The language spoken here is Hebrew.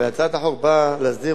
הצעת החוק באה להסדיר.